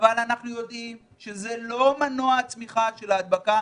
אבל אנחנו יודעים שזה לא מנוע הצמיחה של ההדבקה,